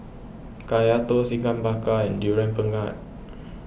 Kaya Toast Ikan Bakar and Durian Pengat